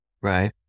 right